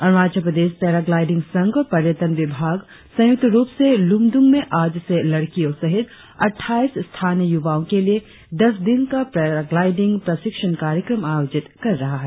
Arunachal Pradesh paragliding संघ और पर्यटन विभाग संयुक्त रुप से लुम्डुंग में आज से लड़कियों सहित अट्टाईस स्थानीय युवाओं के लिए दस दिन का पेराग्लाइडिंग प्रशिक्षण कार्यक्रम आयोजित कर रहा है